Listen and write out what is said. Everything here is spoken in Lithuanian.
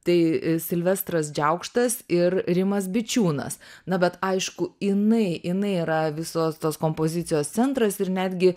tai silvestras džiaukštas ir rimas bičiūnas na bet aišku jinai jinai yra visos tos kompozicijos centras ir netgi